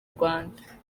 rwanda